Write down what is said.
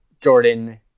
Jordan